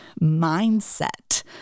mindset